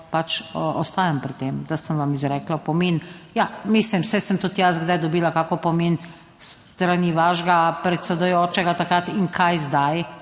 pač ostajam pri tem, da sem vam izrekla opomin. Ja, mislim, saj sem tudi jaz kdaj dobila kak opomin s strani vašega predsedujočega takrat in kaj zdaj?